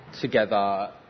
together